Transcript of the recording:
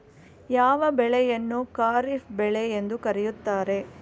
ಯಾವ ಬೆಳೆಯನ್ನು ಖಾರಿಫ್ ಬೆಳೆ ಎಂದು ಕರೆಯುತ್ತಾರೆ?